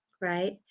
right